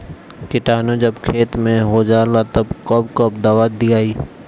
किटानु जब खेत मे होजाला तब कब कब दावा दिया?